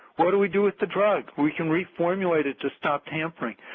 what do we do with the drug? we can reformulate it to stop tampering.